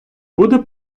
буде